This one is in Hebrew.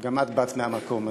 גם את באת מהמקום הזה.